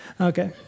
Okay